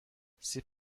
c’est